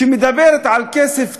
שמדברת על כסף טוב.